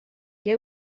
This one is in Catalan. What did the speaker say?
què